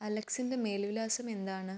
അലക്സിൻ്റെ മേൽവിലാസം എന്താണ്